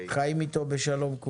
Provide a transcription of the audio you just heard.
כולנו חיים אתו בשלום.